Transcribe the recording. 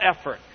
effort